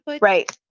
Right